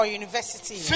university